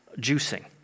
juicing